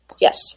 Yes